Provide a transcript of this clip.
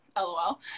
LOL